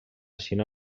xina